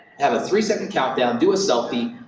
have a three-second countdown, do a selfie,